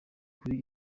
kuri